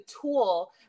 tool